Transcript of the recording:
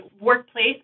workplace